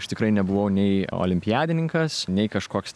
aš tikrai nebuvau nei olimpiadininkas nei kažkoks